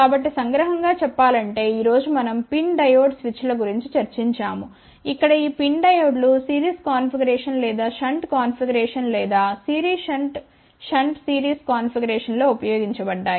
కాబట్టి సంగ్రహం గా చెప్పాలంటే ఈ రోజు మనం PIN డయోడ్ స్విచ్ల గురించి చర్చించాము ఇక్కడ ఈ PIN డయోడ్లు సిరీస్ కాన్ఫిగరేషన్ లేదా షంట్ కాన్ఫిగరేషన్ లేదా సిరీస్ షంట్ షంట్ సిరీస్ కాన్ఫిగరేషన్లో ఉపయోగించబడ్డాయి